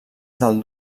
del